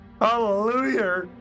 Hallelujah